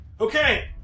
Okay